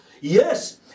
Yes